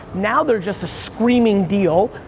now they're just a screaming deal,